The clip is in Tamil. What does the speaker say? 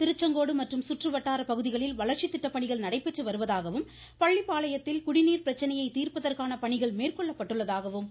திருச்செங்கோடு மற்றும் சுற்றுவட்டாரப் பகுதிகளில் வளர்ச்சித் திட்டப்பணிகள் நடைபெற்று வருவதாகவும் பள்ளிப்பாளையத்தில் குடிநீர் பிரச்சனையைத் தீர்ப்பதற்கான பணிகள் மேற்கொள்ளப்பட்டுள்ளதாகவும்